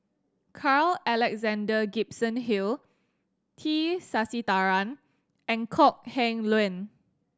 Carl Alexander Gibson Hill T Sasitharan and Kok Heng Leun